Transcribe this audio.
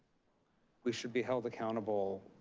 we should be held accountable,